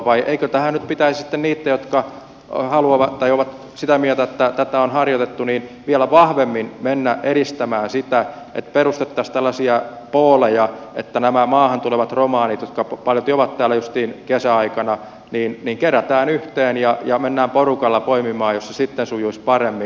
vai eikö tähän nyt pitäisi niitten jotka ovat sitä mieltä että tätä on harjoitettu vielä vahvemmin mennä edistämään sitä että perustettaisiin tällaisia pooleja että nämä maahan tulevat romanit jotka paljolti ovat täällä justiin kesäaikana kerätään yhteen ja mennään porukalla poimimaan jos se sitten sujuisi paremmin